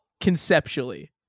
conceptually